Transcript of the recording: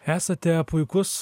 esate puikus